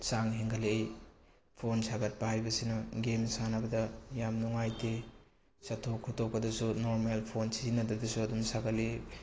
ꯆꯥꯡ ꯍꯦꯟꯒꯠꯂꯛꯏ ꯐꯣꯟ ꯁꯥꯒꯠꯄ ꯍꯥꯏꯕꯁꯤꯅ ꯒꯦꯝ ꯁꯥꯟꯅꯕꯗ ꯌꯥꯝ ꯅꯨꯡꯉꯥꯏꯇꯦ ꯆꯠꯊꯣꯛ ꯈꯣꯇꯣꯛꯄꯗꯁꯨ ꯅꯣꯔꯃꯦꯜ ꯐꯣꯟ ꯁꯤꯖꯤꯟꯅꯕꯗꯁꯨ ꯑꯗꯨꯝ ꯁꯥꯒꯠꯂꯤ